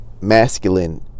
masculine